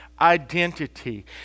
identity